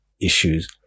issues